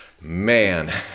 man